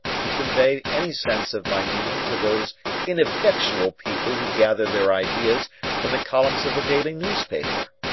to convey any sense of my meaning to those ineffectual people who gather their ideas from the columns of a daily newspaper.